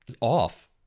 Off